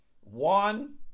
One